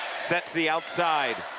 set to the outside.